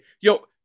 yo